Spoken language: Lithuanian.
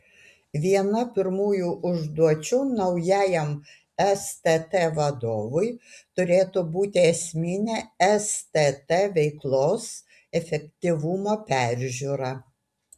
viena pirmųjų užduočių naujajam stt vadovui turėtų būti esminė stt veiklos efektyvumo peržiūra